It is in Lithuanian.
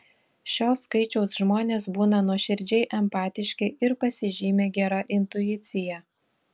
šio skaičiaus žmonės būna nuoširdžiai empatiški ir pasižymi gera intuicija